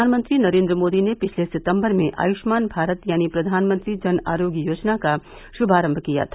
प्रधानमंत्री नरेन्द्र मोदी ने पिछले सितम्बर में आयुष्मान भारत यानी प्रधानमंत्री जन आरोग्य योजना का शुमारम किया था